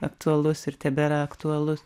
aktualus ir tebėra aktualus